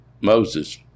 Moses